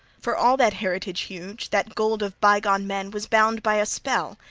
for all that heritage huge, that gold of bygone men, was bound by a spell,